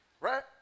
Right